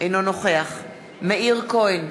אינו נוכח מאיר כהן,